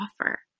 offer